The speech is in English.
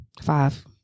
Five